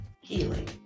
healing